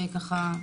שככה,